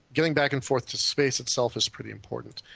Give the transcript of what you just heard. getting back and forth to space itself is pretty important.